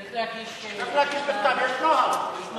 צריך להגיש בכתב, יש נוהל.